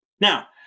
Now